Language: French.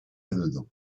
anodin